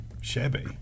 shabby